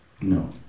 No